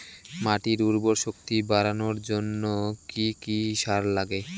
মাটির উর্বর শক্তি বাড়ানোর জন্য কি কি সার লাগে?